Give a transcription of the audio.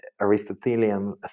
Aristotelian